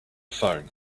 phone